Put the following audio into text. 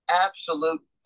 absolute